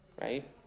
right